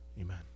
Amen